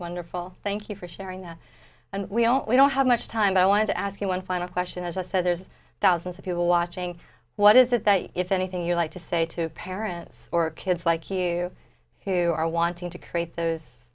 wonderful thank you for sharing that and we don't we don't have much time i want to ask you one final question as i said there's thousands of people watching what is it that if anything you like to say to parents or kids like you who are wanting to create those